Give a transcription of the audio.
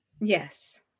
Yes